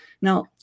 Now